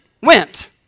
went